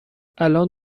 الان